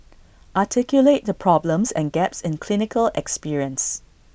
articulate the problems and gaps in clinical experience